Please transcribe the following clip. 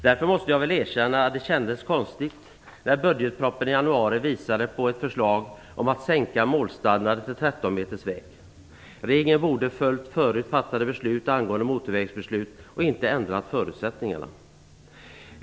Därför måste jag erkänna att det kändes konstigt när budgetpropositionen i januari visade på ett förslag om att sänka målstandarden för 13 meters väg. Regeringen borde ha följt förut fattade beslut angående motorvägar och inte ha ändrat förutsättningarna.